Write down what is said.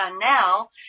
now